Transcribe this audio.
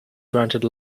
granted